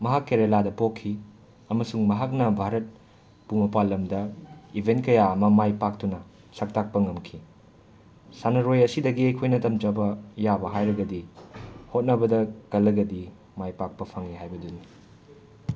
ꯃꯍꯥꯛ ꯀꯦꯔꯦꯂꯥꯗ ꯄꯣꯛꯈꯤ ꯑꯃꯁꯨꯡ ꯃꯍꯥꯛꯅ ꯚꯥꯔꯠ ꯄꯨ ꯃꯄꯥꯜ ꯂꯝꯗ ꯏꯕꯦꯟ ꯀꯌꯥ ꯑꯃ ꯃꯥꯏ ꯄꯥꯛꯇꯨꯅ ꯁꯛ ꯇꯥꯛꯄ ꯉꯝꯈꯤ ꯁꯥꯟꯅꯔꯣꯏ ꯑꯁꯤꯗꯒꯤ ꯑꯩꯈꯣꯏꯅ ꯇꯝꯖꯕ ꯌꯥꯕ ꯍꯥꯏꯔꯒꯗꯤ ꯍꯣꯠꯅꯕꯗ ꯀꯜꯂꯒꯗꯤ ꯃꯥꯏ ꯄꯥꯛꯄ ꯐꯪꯉꯤ ꯍꯥꯏꯕꯗꯨꯅꯤ